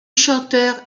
chanteur